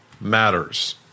matters